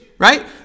right